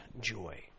joy